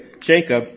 Jacob